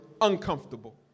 uncomfortable